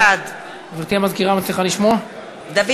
בעד דוד